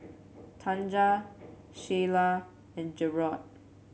Tanja Sheyla and Jerod